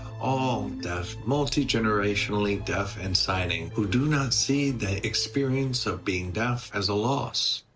all deaf multi-generationally, deaf and signing, who do not see that experience of being deaf as a loss.